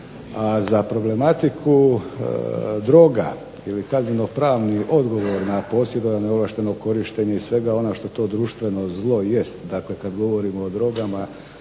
za problematiku droga ili kazneno-pravni odgovor na posjedovanje, neovlašteno korištenje i svega onog što to društveno zlo jest, dakle kad govorimo o drogama